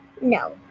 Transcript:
No